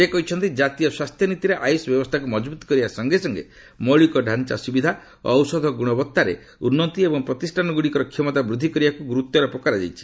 ସେ କହିଛନ୍ତି କାତୀୟ ସ୍ୱାସ୍ଥ୍ୟ ନୀତିରେ ଆୟୁଷ୍ ବ୍ୟବସ୍ଥାକୁ ମଜବୁତ୍ କରିବା ସଙ୍ଗେ ସଙ୍ଗେ ମୌଳିକତାଞ୍ଚା ସୁବିଧା ଓ ଔଷଧ ଗୁଣବତ୍ତାରେ ଉନ୍ନତି ଏବଂ ପ୍ରତିଷ୍ଠାନଗୁଡ଼ିକର କ୍ଷମତା ବୃଦ୍ଧି କରିବାକୁ ଗୁରୁତ୍ୱାରୋପ କରାଯାଇଛି